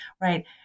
right